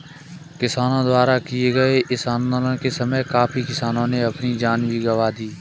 किसानों द्वारा किए गए इस आंदोलन के समय काफी किसानों ने अपनी जान भी गंवा दी थी